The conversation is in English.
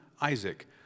Isaac